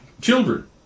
children